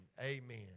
Amen